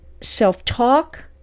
self-talk